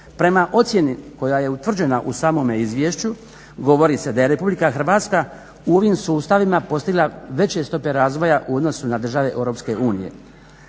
Prema ocjeni koja je utvrđena u samom izvješću govori se da je RH u ovim sustavima postigla veće stope razvoja u odnosu na države EU. Velika